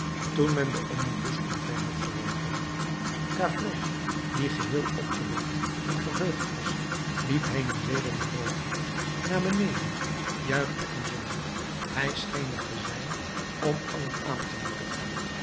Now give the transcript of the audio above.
toen men den omnibus omver had geworpen gavroche die geheel opgewekt en verheugd was liep heen en weder naar boven naar beneden juichte en zong hij scheen er te zijn om allen aan te moedigen